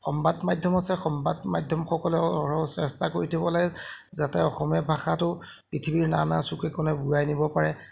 সমবাদ মাধ্যম আছে সমবাদ মাধ্যমসকলেও অহৰহ চেষ্টা কৰি থাকিব লাগে যাতে অসমীয়া ভাষাটো পৃথিৱীৰ নানা চুকে কোণে বোৱাই নিব পাৰে